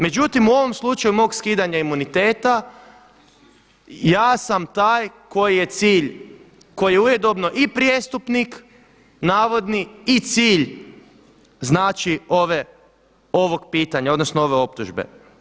Međutim u ovom slučaju mog skidanja imuniteta ja sam taj koji je cilj, koji je ujedobno i prijestupnik navodni i cilj znači ovog pitanja odnosno ove optužbe.